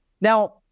Now